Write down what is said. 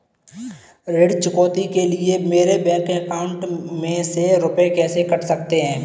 ऋण चुकौती के लिए मेरे बैंक अकाउंट में से रुपए कैसे कट सकते हैं?